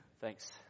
Thanks